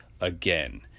again